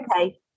okay